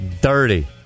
Dirty